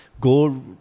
go